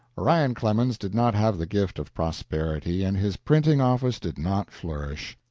orion clemens did not have the gift of prosperity, and his printing-office did not flourish.